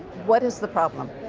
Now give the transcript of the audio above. what is the problem?